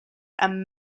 and